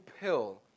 pill